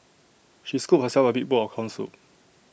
she scooped herself A big bowl of Corn Soup